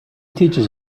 teaches